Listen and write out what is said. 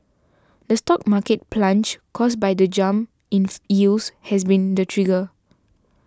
the stock market plunge caused by the jump ins yields has been the trigger